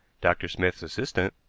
dr. smith's assistant,